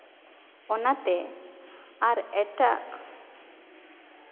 ᱚᱱᱟᱛᱮ ᱟᱨ ᱮᱴᱟᱜ